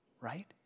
Right